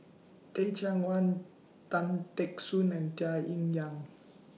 Teh Cheang Wan Tan Teck Soon and Tung Yue Nang